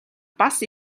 бас